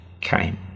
came